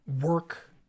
work